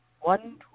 one